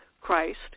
Christ